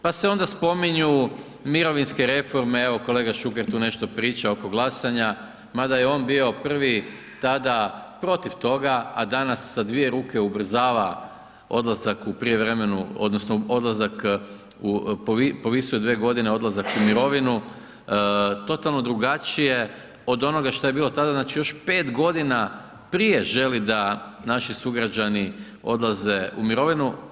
Pa se onda spominju mirovinske reforme, evo kolega Šuker tu nešto priča oko glasanja, ma da je on bio prvi tada protiv toga, a danas sa dvije ruke ubrzava odlazak u prijevremenu, odnosno odlazak, povisuje 2 godine odlazak u mirovinu, totalno drugačije od onoga što je bilo tada, znači još 5 godina prije želi da naši sugrađani odlaze u mirovinu.